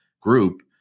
group